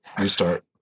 Restart